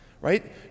right